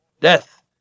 Death